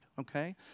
Okay